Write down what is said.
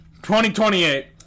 2028